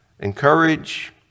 encourage